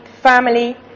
family